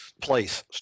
place